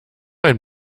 ein